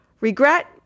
regret